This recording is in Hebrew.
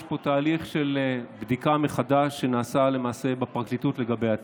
יש פה תהליך של בדיקה מחדש שנעשה למעשה בפרקליטות לגבי התיק.